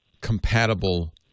compatible